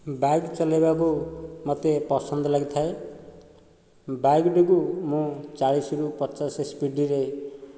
bike ଚଲାଇବାକୁ ମୋତେ ପସନ୍ଦ ଲାଗିଥାଏ ବାଇକ୍ ଯୋଗୁଁ ମୁଁ ଚାଳିଶରୁ ପଚାଶ ସ୍ପିଡ଼୍ରେ